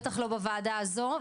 בטח לא בוועדה הזו.